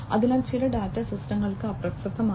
അതിനാൽ ചില ഡാറ്റ സിസ്റ്റങ്ങൾക്ക് അപ്രസക്തമാണ്